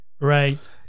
Right